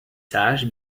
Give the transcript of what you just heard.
sages